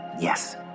Yes